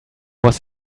was